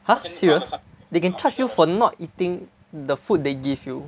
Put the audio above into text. !huh! serious they can charge you for not eating the food they give you